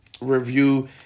review